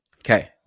Okay